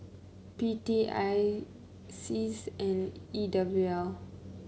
P T I Seas and E W L